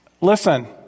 listen